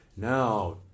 Now